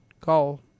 call